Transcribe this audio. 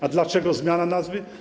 A dlaczego zmiana nazwy?